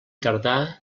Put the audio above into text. tardà